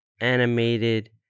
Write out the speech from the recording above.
animated